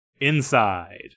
Inside